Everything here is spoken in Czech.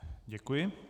Děkuji.